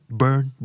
burn